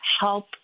help